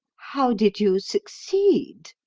how did you succeed?